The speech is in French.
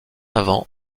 avant